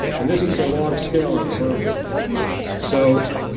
and this is a long scale. and so,